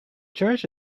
church